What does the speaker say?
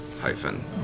hyphen